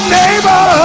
neighbor